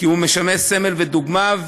כי הוא משמש סמל ודוגמה.